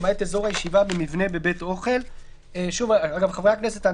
למעט אזור הישיבה במבנה בבית האוכל,";" חברי הכנסת,